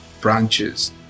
branches